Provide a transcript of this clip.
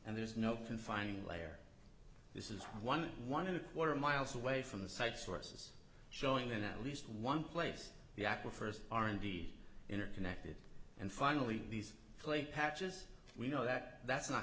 and there's no confining layer this is one one and a quarter miles away from the site sources showing in at least one place the aquifers r and d interconnected and finally these plain patches we know that that's not